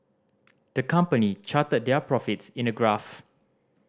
the company charted their profits in a graph